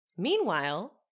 Meanwhile